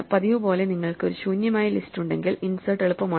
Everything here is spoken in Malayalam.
പതിവുപോലെ നിങ്ങൾക്ക് ഒരു ശൂന്യമായ ലിസ്റ്റ് ഉണ്ടെങ്കിൽ ഇൻസെർട്ട് എളുപ്പമാണ്